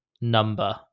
number